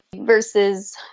versus